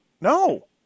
No